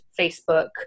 Facebook